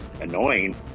Annoying